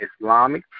Islamic